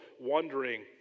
wondering